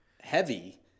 heavy